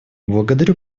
благодарю